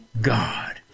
God